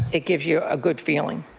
it gives you a good feeling.